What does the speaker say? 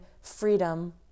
freedom